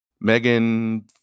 Megan